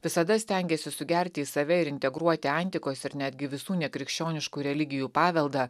visada stengėsi sugerti į save ir integruoti antikos ir netgi visų nekrikščioniškų religijų paveldą